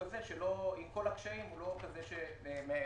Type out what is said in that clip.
עם כל הקשיים, לטעמנו הוא לא כזה שמצדיק